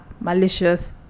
malicious